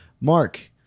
Mark